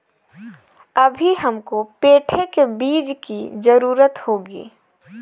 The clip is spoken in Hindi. अभी हमको पेठे के बीज की जरूरत होगी